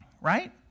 Right